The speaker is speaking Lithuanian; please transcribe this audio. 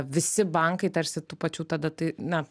visi bankai tarsi tų pačių tada tai na